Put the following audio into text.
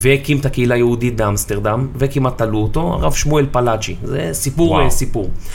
והקים את הקהילה היהודית באמסטרדם, וכמעט תלו אותו הרב שמואל פלאג'י. זה סיפור סיפור.